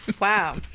Wow